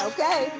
Okay